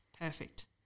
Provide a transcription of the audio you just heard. perfect